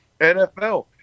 NFL